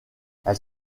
elle